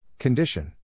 Condition